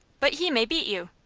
but he may beat you!